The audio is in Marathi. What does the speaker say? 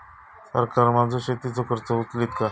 सरकार माझो शेतीचो खर्च उचलीत काय?